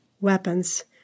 weapons